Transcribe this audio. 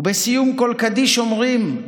שבסיום כל קדיש אומרים: